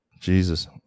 Jesus